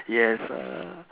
yes ah